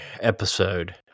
episode